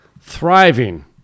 thriving